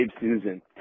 Susan